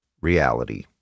reality